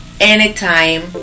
Anytime